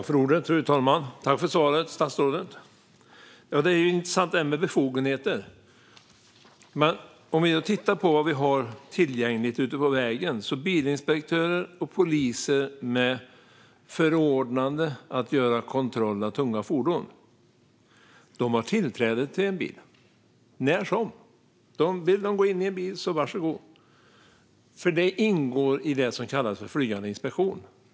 Fru talman! Jag tackar statsrådet för svaret. Detta med befogenheter är intressant. Vi kan titta på vad som finns tillgängligt ute på vägarna, nämligen bilinspektörer och poliser med förordnande att göra kontroller av tunga fordon. De har tillträde till bilar när som helst. Vill de gå in i en bil kan de göra det. Det ingår i det som kallas flygande inspektion.